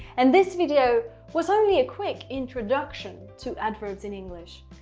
and this video was only a quick introduction to adverbs in english.